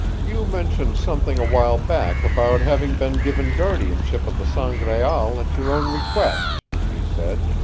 you mentioned something a while back about having been given guardianship of the sangraal at your own request, he said.